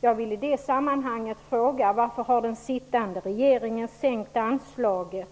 Jag vill i det sammanhanget fråga: Varför har den sittande regeringen sänkt anslaget?